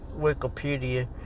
Wikipedia